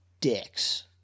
dicks